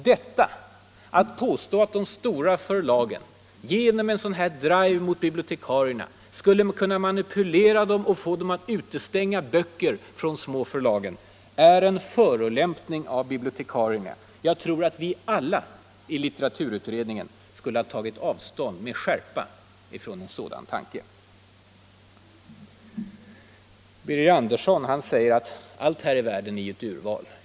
Påståendet att de stora förlagen genom en kampanj av det här slaget mot bibliotekarierna skulle kunna manipulera dem och få dem att utestänga böcker från de små förlagen är en förolämpning mot bibliotekarierna. Jag tror att vi alla i litteraturutredningen med skärpa skulle ha tagit avstånd från en sådan tanke. Georg Andersson säger att i stort sett allt här i världen är ett urval.